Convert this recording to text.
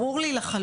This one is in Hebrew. ברור לי לחלוטין,